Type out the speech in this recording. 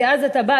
כי אז אתה בא,